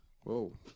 whoa